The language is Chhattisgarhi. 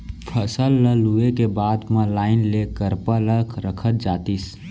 फसल ल लूए के बाद म लाइन ले करपा ल रखत जातिस